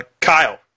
Kyle